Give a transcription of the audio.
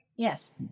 Yes